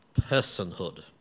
personhood